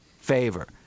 favor